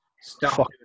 stop